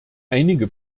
einige